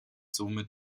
somit